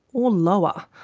or lower.